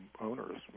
owners